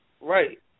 Right